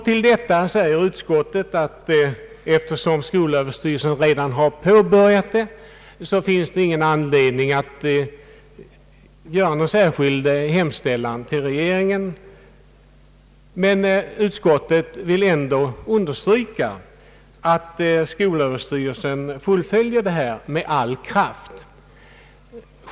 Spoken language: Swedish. Till detta säger utskottet att eftersom skolöverstyrelsen redan har påbörjat det finns det ingen anledning att göra någon särskild hemställan till regeringen, men utskottet vill ändå understryka vikten av att skolöverstyrelsen fullföljer detta med all kraft.